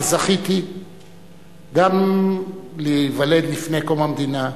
שזכיתי גם להיוולד לפני קום המדינה.